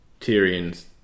Tyrion's